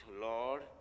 Lord